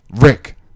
Rick